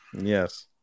Yes